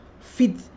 feed